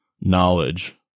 knowledge